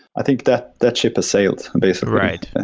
i think that that ship has sailed, basically. right.